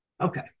Okay